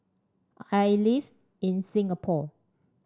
I live in Singapore